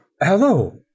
Hello